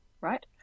right